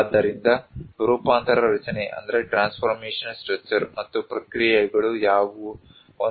ಆದ್ದರಿಂದ ರೂಪಾಂತರ ರಚನೆ ಮತ್ತು ಪ್ರಕ್ರಿಯೆಗಳು ಯಾವುವು